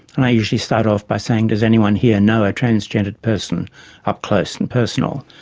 and i usually start off by saying, does anyone here know a transgendered person up close and personal?